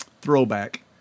throwback